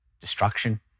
destruction